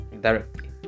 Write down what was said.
directly